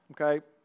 okay